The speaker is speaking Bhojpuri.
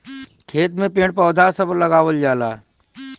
खेत में पेड़ पौधा सभ लगावल जाला